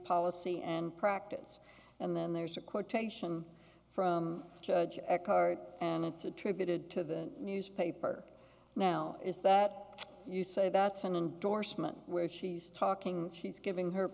policy and practice and then there's a quotation from a cart and it's attributed to the newspaper now is that you say that's an indorsement where she's talking she's giving her